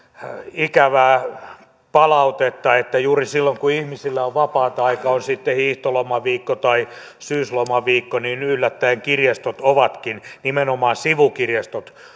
ikävää palautetta että juuri silloin kun ihmisillä on vapaata aikaa on sitten hiihtolomaviikko tai syyslomaviikko niin yllättäen kirjastot ovatkin nimenomaan sivukirjastot